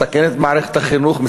מסכנת את מערכת החינוך,